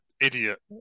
idiot